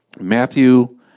Matthew